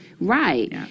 right